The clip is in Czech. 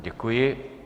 Děkuji.